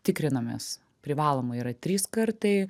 tikrinamės privaloma yra trys kartai